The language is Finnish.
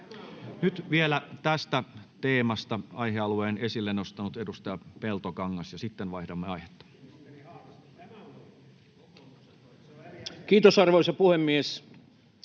Nyt vielä tästä teemasta aihealueen esille nostanut edustaja Peltokangas, ja sitten vaihdamme aihetta. [Speech